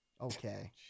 Okay